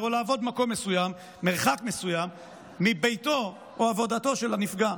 או לעבוד במקום מסוים או במרחק מסוים מביתו או מעבודתו של הנפגע.